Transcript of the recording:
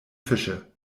fische